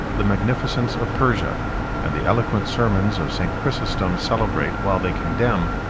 the magnificence of persia and the eloquent sermons of st. chrysostom celebrate, while they condemn,